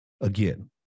again